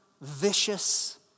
vicious